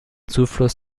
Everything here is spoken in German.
zufluss